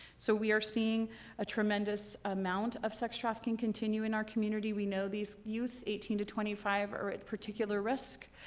so we are seeing a tremendous amount of sex trafficking continue in our community. we know these youth eighteen to twenty five are at risk.